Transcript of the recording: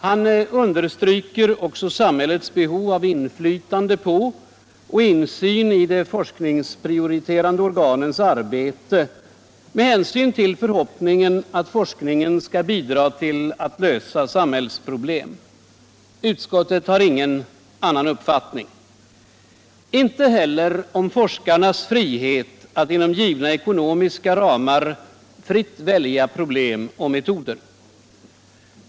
Han understryker också samhällets behov av inflytande på och insyn i de forskningsprioriterande organens arbete med hänsyn till förhoppningen att forskningen skall bidra till att lösa samhällsproblem. Utskottet har ingen annan mening, inte heller om forskarnas frihet att inom givna ekonomiska ramar fritt välja problem och metoder.